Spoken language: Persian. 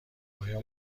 آیا